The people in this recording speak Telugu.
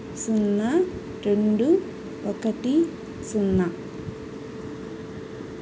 సున్నా రెండు ఒకటి సున్నా